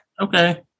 Okay